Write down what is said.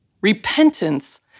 repentance